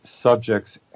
subjects